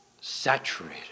saturated